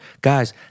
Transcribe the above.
Guys